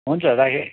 हुन्छ राखेँ है